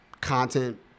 content